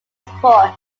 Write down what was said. support